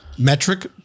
metric